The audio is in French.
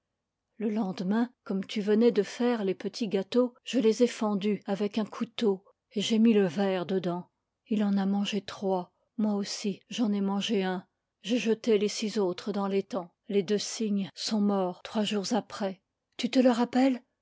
le lendemain comme tu venais de faire les petits gâteaux je les ai fendus avec un couteau et j'ai mis le verre dedans ii en a mangé trois moi aussi j'en ai mangé un j'ai jeté les six autres dans l'étang les deux cygnes sont morts trois jours après tu te le rappelles